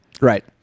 Right